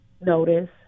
notice